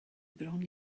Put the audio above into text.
bron